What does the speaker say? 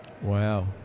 Wow